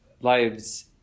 lives